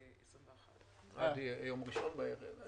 עד יום ראשון בערב.